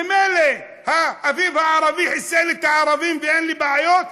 ממילא האביב הערבי חיסל את הערבים ואין בעיות,